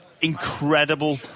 incredible